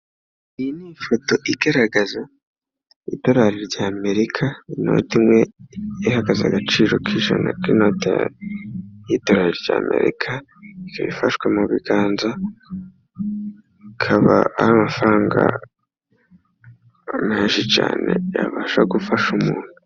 Iyi ni ifoto igaragaza idorari rya Amerika, inote imwe ihagaze agaciro k'ijana, k'inota y'idorali rya Amerika ikaba ifashwe mu biganza, akaba ari amafaranga menshi cyane yabasha gufasha umuntu.